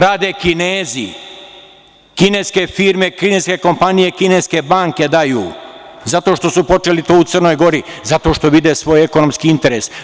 Rade Kinezi, kineske firme, kineske kompanije, kineske banke daju, zato što su to počeli u Crnoj Gori, zato što vide svoj ekonomski interes.